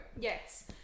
Yes